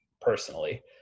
personally